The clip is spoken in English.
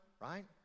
Right